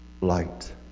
light